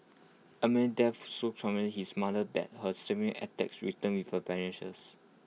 Amman's death so his mother that her attacks returned with A vengeance